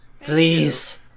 Please